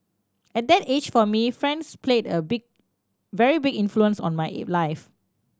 at that age for me friends played a big very big influence on my life